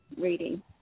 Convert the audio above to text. Reading